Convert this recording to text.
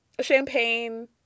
champagne